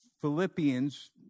Philippians